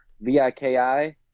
v-i-k-i